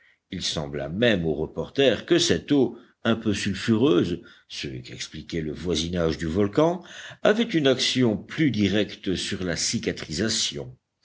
il sembla même au reporter que cette eau un peu sulfureuse ce qu'expliquait le voisinage du volcan avait une action plus directe sur la cicatrisation